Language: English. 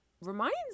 reminds